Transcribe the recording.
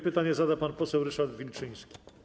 Pytanie zada pan poseł Ryszard Wilczyński.